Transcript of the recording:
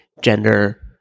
gender